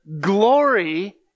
glory